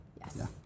Yes